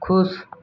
खुश